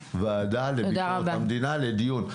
הוועדה תיתן לכם את אולם וועדה לביקורת המדינה לדיון.